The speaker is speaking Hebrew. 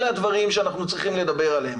אלה הדברים שאנחנו צריכים לדבר עליהם.